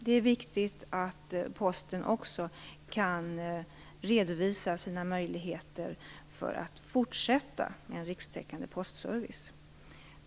Det är också viktigt att Posten kan redovisa sina möjligheter att fortsätta med en rikstäckande postservice.